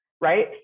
right